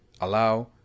allow